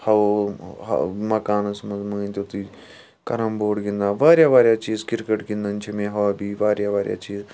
ہاو ہاو مکانَس منٛز مٲنۍ تو تُہۍ کیٚرم بوڈ گِنٛدان واریاہ واریاہ چِیٖز کِرکَٹ گِنٛدٕنۍ چھِ مےٚ ہابِی واریاہ واریاہ چِیٖز